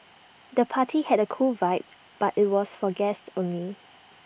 the party had A cool vibe but IT was for guests only